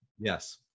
Yes